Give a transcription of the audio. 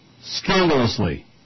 Scandalously